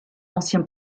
ancien